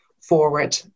forward